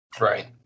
Right